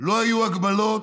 לא היו הגבלות,